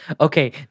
Okay